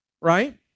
right